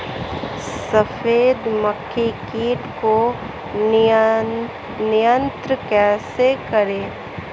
सफेद मक्खी कीट को नियंत्रण कैसे करें?